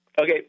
Okay